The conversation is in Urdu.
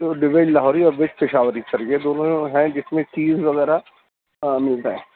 تو ڈویج لاہوری اور ویج پشاوری سر یہ دونوں ہیں جس میں چیز وغیرہ ملتا ہے